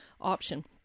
option